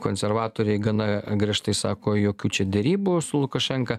konservatoriai gana griežtai sako jokių čia derybų su lukašenka